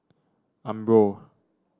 umbro